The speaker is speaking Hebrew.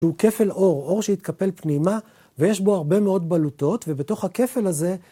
הוא כפל אור, אור שהתקפל פנימה ויש בו הרבה מאוד בלוטות, ובתוך הכפל הזה